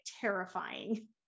terrifying